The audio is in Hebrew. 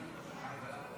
28)